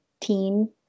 teen